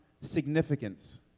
significance